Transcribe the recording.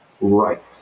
Right